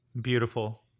Beautiful